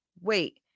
wait